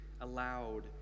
allowed